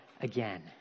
again